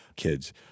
kids